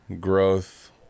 growth